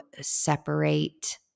separate